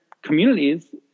communities